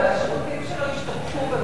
השירותים שלו השתבחו במהלך השנים.